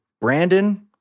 Brandon